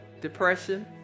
depression